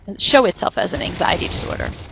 show itself as an anxiety disorder.